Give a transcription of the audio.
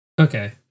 Okay